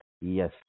yes